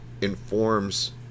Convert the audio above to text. informs